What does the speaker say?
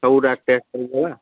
ସବୁ ଗୁଡ଼ା ଟେଷ୍ଟ୍ କରିଦେବା